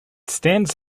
stands